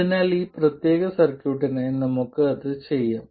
അതിനാൽ ഈ പ്രത്യേക സർക്യൂട്ടിനായി നമുക്ക് ഇപ്പോൾ അത് ചെയ്യാം